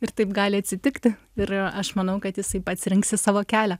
ir taip gali atsitikti ir aš manau kad jisai pats rinksis savo kelią